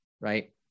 right